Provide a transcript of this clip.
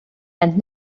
and